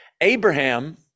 Abraham